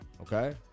Okay